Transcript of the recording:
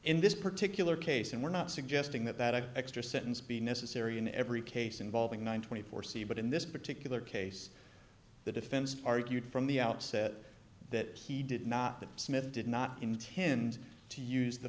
in this particular case and we're not suggesting that that extra sentence be necessary in every case involving one twenty four c but in this particular case the defense argued from the outset that he did not that smith did not intend to use the